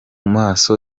maso